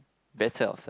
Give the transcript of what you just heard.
better ourselves